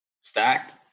stacked